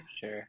sure